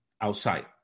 outside